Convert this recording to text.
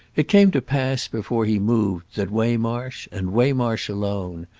it came to pass before he moved that waymarsh, and waymarsh alone,